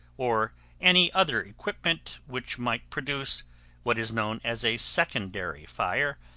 or any other equipment which might produce what is known as a secondary fire,